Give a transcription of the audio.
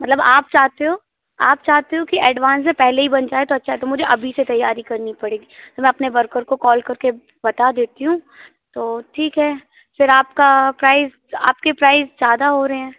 मतलब आप चाहते हो आप चाहते हो कि एडवान्स में पहले ही बन जाए तो अच्छा है तो मुझे अभी से तैयारी करनी पड़ेगी तो मैं अपने वर्कर को कॉल करके बता देती हूँ तो ठीक है फ़िर आपका प्राइस आपके प्राइस ज़्यादा हो रें